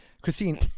Christine